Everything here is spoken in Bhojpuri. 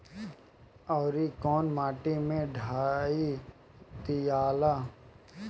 औवरी कौन माटी मे डाई दियाला?